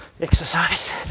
exercise